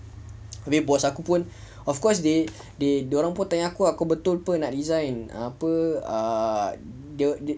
abeh boss aku pun of course they they dia orang pun tanya aku kau betul ke nak resign apa ah the~